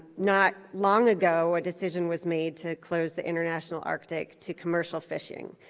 not long ago a decision was made to close the international arctic to commercial fishing.